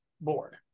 board